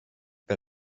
per